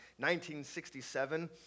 1967